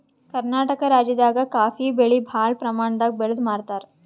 ಕರ್ನಾಟಕ್ ರಾಜ್ಯದಾಗ ಕಾಫೀ ಬೆಳಿ ಭಾಳ್ ಪ್ರಮಾಣದಾಗ್ ಬೆಳ್ದ್ ಮಾರ್ತಾರ್